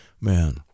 man